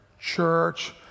church